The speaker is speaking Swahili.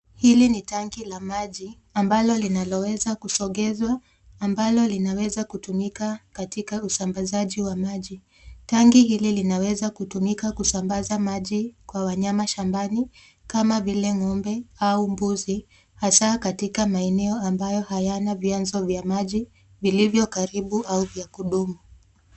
Hili ni tanki la maji ambalo linaloweza kusongeshwa ambalo linaweza kutumika katika usambazaji wa maji. Tanki hili linaweza kutumika kusambaza maji kwa wanyama shambani kama vile ng'ombe au mbuzi hasa katika maeneo ambayo hayana vyanzo vya maji vilivyo karibu au vya kudumu.